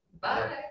bye